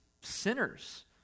sinners